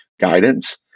guidance